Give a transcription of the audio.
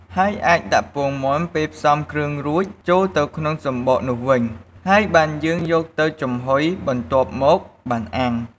ហើយអាចដាក់ពងមាន់ពេលផ្សំគ្រឿងរួចចូលទៅក្នុងសំបកនោះវិញ ហើយបានយើងយកទៅចំហុយបន្ទាប់មកបានអាំង។